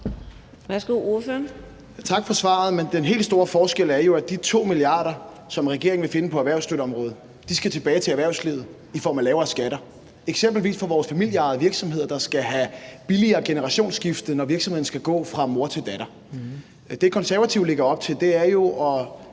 Morten Dahlin (V): Tak for svaret. Men den helt store forskel er jo, at de 2 milliarder, som regeringen vil finde på erhvervsstøtteområdet, skal tilbage til erhvervslivet i form af lavere skatter, eksempelvis for vores familieejede virksomheder, der skal have billigere generationsskifte, når virksomheden skal gå fra mor til datter. Det, Konservative lægger op til, er jo